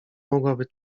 mogłaby